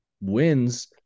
wins